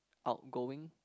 outgoing